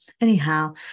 anyhow